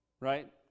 right